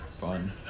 fun